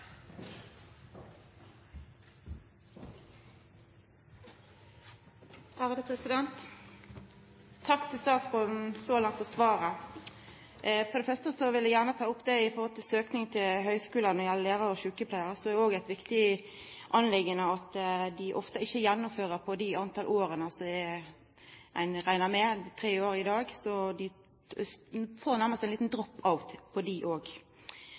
Takk til statsråden så langt for svaret. For det første vil eg gjerne seia om søkninga til høgskulane når det gjeld lærarar og sjukepleiarar, at det òg er eit viktig forhold at dei ofte ikkje gjennomfører på dei åra som ein reknar med, tre år i dag, så ein får nærmast ein liten drop-out på dei òg. Mange unge har sagt noko om tett oppfølging av nokre som støttar dei og